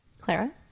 Clara